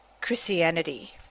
Christianity